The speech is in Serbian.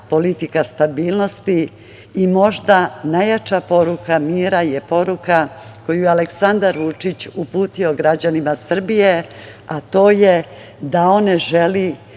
politika stabilnosti i možda najjača poruka mira je poruka koju je Aleksandar Vučić uputio građanima Srbije, a to je da on ne želi